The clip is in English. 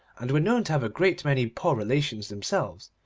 and were known to have a great many poor relations themselves,